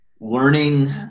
Learning